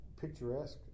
picturesque